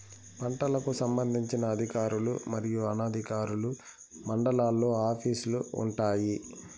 పంటలకు సంబంధించిన అధికారులు మరియు అనధికారులు మండలాల్లో ఆఫీస్ లు వుంటాయి?